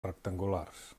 rectangulars